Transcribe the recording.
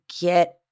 get